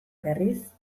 berriz